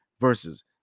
versus